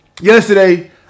yesterday